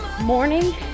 morning